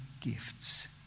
gifts